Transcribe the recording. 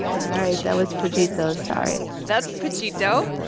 all right, that was pujito. sorry that's pujito.